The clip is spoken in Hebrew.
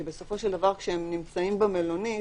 כי בסופו של דבר כשהם נמצאים במלונית,